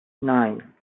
nine